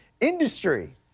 industry